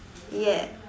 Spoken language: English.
ya